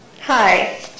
Hi